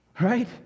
right